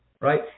right